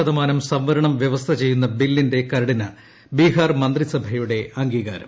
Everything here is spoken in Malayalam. ശതമാനം സംവരണം വൃവസ്ഥ ചെയ്യുന്ന ബില്ലിന്റെ കരടിന് ബിഹാർ മന്ത്രിസഭയുടെ അംഗീകാരം